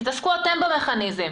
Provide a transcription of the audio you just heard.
תתעסקו אתם במכניזם.